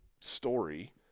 story